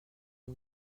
des